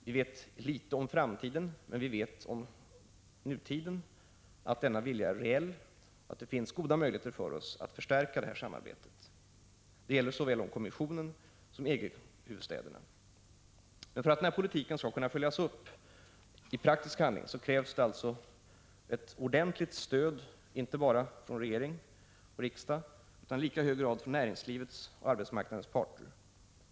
Vi vet litet om framtiden, men vi vet om nutiden att denna vilja är reell. Det finns goda möjligheter för oss att förstärka detta samarbete; det Prot. 1985/86:140 = gäller såväl om kommissionen som om EG-huvudstäderna. För att den här politiken skall kunna följas upp i praktisk handling krävs alltså ett ordentligt stöd inte bara från regering och riksdag utan i lika hög grad från näringslivet och arbetsmarknadens parter.